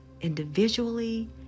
individually